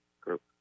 Group